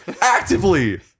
actively